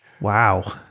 Wow